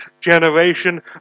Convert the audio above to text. generation